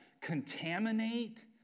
Contaminate